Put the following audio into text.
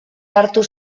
hartu